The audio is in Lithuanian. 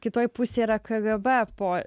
kitoj pusėj yra kgb po